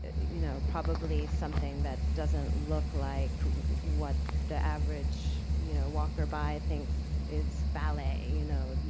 you know probably something that doesn't look like what the average you know walker-by thinks is ballet. you know